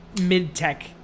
mid-tech